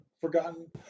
forgotten